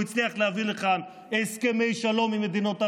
הצליח להביא לכאן הסכמי שלום עם מדינות ערב,